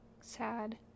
sad